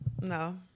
No